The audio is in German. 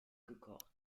gekocht